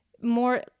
more